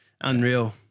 Unreal